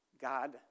God